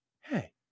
hey